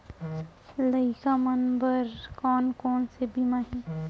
लइका मन बर कोन कोन से बीमा हे?